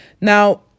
Now